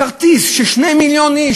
כרטיס שיש ל-2 מיליון איש,